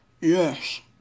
Yes